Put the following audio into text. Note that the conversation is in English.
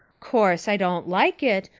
course, i don't like it,